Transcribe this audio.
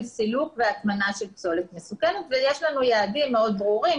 סילוק והטמנה של פסולת מסוכנת ויש לנו יעדים מאוד ברורים,